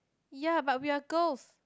ya but we are girls